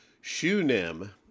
Shunem